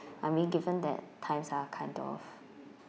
I mean given that times are kind of